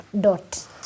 DOT